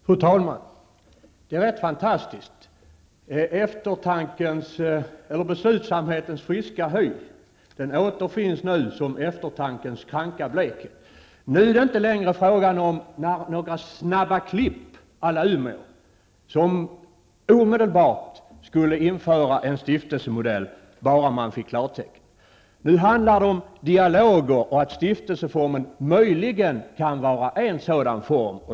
Fru talman! Det är rätt fantastiskt. Beslutsamhetens friska hy återfinns nu som eftertankens kranka blekhet. Nu är det inte längre fråga om några snabba klipp à la Umeå, som omedelbart skulle införa en stiftelsemodell bara man fick klartecken. Nu handlar det om dialoger och om att stiftelseformen möjligen kan vara en sådan form.